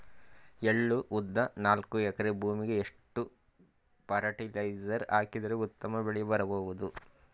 ಎಳ್ಳು, ಉದ್ದ ನಾಲ್ಕಎಕರೆ ಭೂಮಿಗ ಎಷ್ಟ ಫರಟಿಲೈಜರ ಹಾಕಿದರ ಉತ್ತಮ ಬೆಳಿ ಬಹುದು?